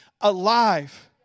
alive